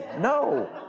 No